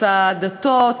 חוצה דתות,